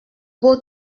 beau